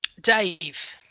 Dave